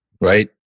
right